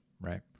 right